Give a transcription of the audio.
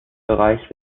bereich